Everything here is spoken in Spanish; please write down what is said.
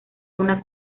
una